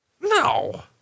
no